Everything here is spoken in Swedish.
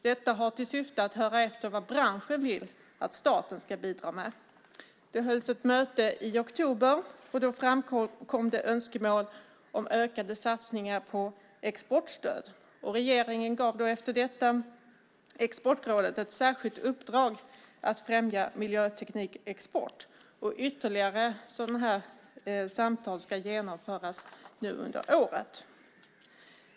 Detta har till syfte att höra efter vad branschen vill att staten ska bidra med. Det hölls ett möte i oktober. Då framkom det önskemål om ökade satsningar på exportstöd. Regeringen gav efter detta Exportrådet ett särskilt uppdrag att främja miljöteknikexport. Ytterligare sådana samtal ska genomföras nu under året.